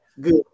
Good